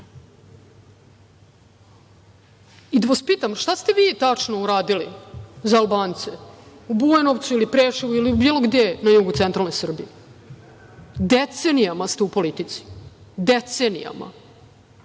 vas pitam – šta ste vi tačno uradili za Albance u Bujanovcu ili Preševu ili bilo gde na jugu centralne Srbije? Decenijama ste u politici. Decenijama.